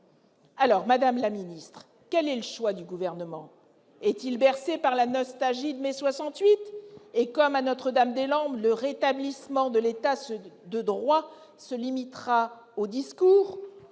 Alors, quel est le choix du Gouvernement ? Est-il bercé par la nostalgie de Mai 68 ? Comme à Notre-Dame-des-Landes, le rétablissement de l'État de droit se limitera-t-il au discours ?